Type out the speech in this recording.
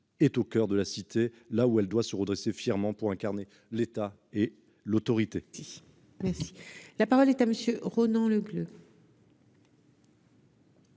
est au coeur de la cité, où elle doit se redresser fièrement pour incarner l'État et l'autorité. La parole est à M. Ronan Le Gleut,